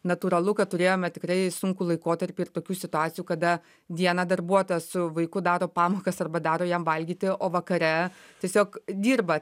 natūralu kad turėjome tikrai sunkų laikotarpį ir tokių situacijų kada dieną darbuotojas su vaiku daro pamokas arba daro jam valgyti o vakare tiesiog dirba